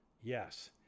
Yes